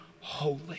holy